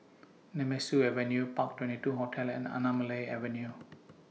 Nemesu Avenue Park twenty two Hotel and Anamalai Avenue